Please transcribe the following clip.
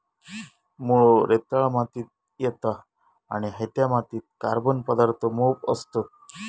मुळो रेताळ मातीत येता आणि हयत्या मातीत कार्बन पदार्थ मोप असतत